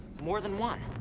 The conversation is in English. more than one.